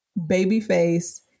Babyface